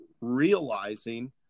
realizing